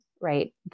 right